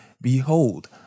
behold